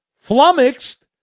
flummoxed